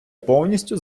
повністю